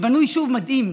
בנו יישוב מדהים,